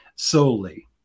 solely